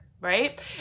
right